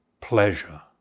pleasure